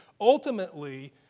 Ultimately